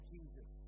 Jesus